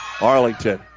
Arlington